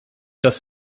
das